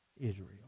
Israel